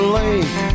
lake